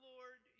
Lord